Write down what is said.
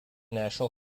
national